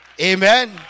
Amen